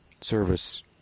service